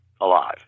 alive